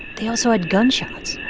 they also had gunshots